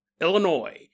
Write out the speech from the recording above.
Illinois